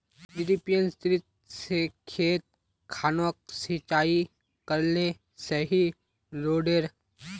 डिरिपयंऋ से खेत खानोक सिंचाई करले सही रोडेर?